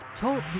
Talk